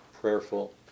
prayerful